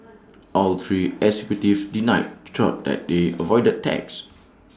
all three executives denied though that they avoided tax